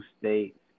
states